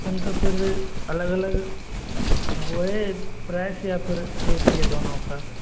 उनका फिर अलग अलग वो है प्राइस या फिर एक ही है दोनों का